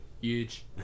huge